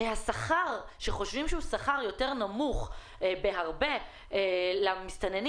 השכר שחושבים שהוא שכר יותר נמוך בהרבה למסתננים